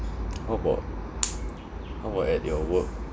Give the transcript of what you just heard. how about how about at your work